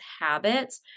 habits